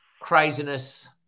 craziness